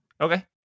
Okay